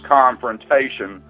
confrontation